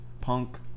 Punk